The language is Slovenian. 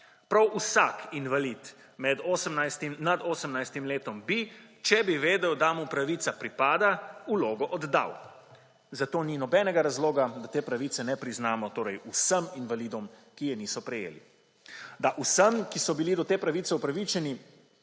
Prav vsak invalid nad 18. letom bi, če bi vedel, da mu pravica pripada, vlogo oddal. Zato ni nobenega razloga, da te pravice ne priznamo vsem invalidom, ki je niso prejeli. Da vsem, ki so bili do te pravice upravičeni,